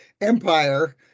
Empire